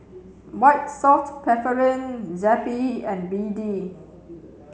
White Soft Paraffin Zappy and B D